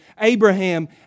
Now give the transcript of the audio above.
Abraham